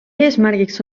eesmärgiks